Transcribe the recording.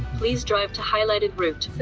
please drive to highlighted route.